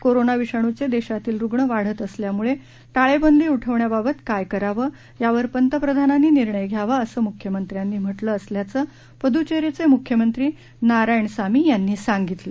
corona विषाणूचे देशातील रुग्ण वाढत असल्यामुळे टाळेबंदी उठवण्याबाबत काय करावं यावर पंतप्रधानांनी निर्णय घ्यावा असं म्ख्यमंत्र्यांनी म्हटलं असल्याचं प्द्चेरीचे म्ख्यमंत्री नारायणसामी यांनी सांगितलं